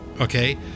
okay